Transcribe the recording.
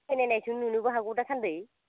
फैनायनायसाय नुनोबो हागौ दासान्दि